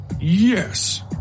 Yes